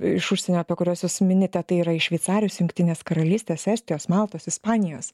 iš užsienio apie kuriuos jūs minite tai yra iš šveicarijos jungtinės karalystės estijos maltos ispanijos